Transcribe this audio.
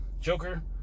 Joker